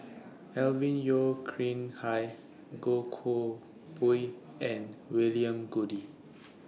Alvin Yeo Khirn Hai Goh Koh Pui and William Goode